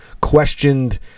questioned